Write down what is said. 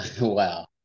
Wow